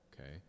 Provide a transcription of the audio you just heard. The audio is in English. okay